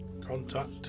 Contact